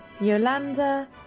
Yolanda